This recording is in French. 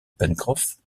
pencroff